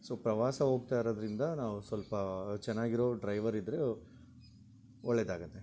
so ಪ್ರವಾಸ ಹೋಗ್ತಾ ಇರೋದ್ರಿಂದ ನಾವು ಸ್ವಲ್ಪಾ ಚೆನ್ನಾಗಿರೋ ಡ್ರೈವರ್ ಇದ್ರೂ ಒಳ್ಳೇದಾಗುತ್ತೆ